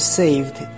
saved